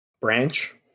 Branch